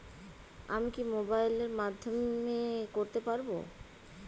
আমি কি মোবাইলের মাধ্যমে করতে পারব?